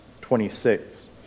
26